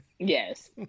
Yes